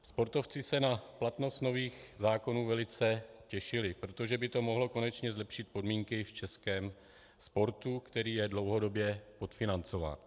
Sportovci se na platnost nových zákonů velice těšili, protože by to mohlo konečně zlepšit podmínky v českém sportu, který je dlouhodobě podfinancován.